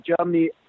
Germany